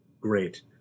Great